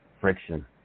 friction